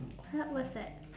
what was that